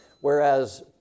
whereas